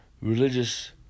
religious